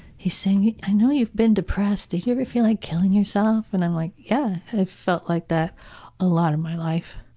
he saying, i know you've been depressed. did you ever feel like killing yourself. and i'm like, yeah. i felt like that a lot in my life.